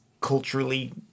culturally